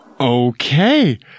Okay